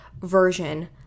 version